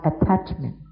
attachment